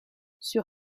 sur